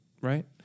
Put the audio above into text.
Right